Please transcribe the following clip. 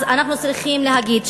לכן אנחנו צריכים להגיד,